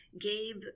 Gabe